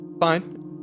fine